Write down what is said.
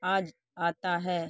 آج آتا ہے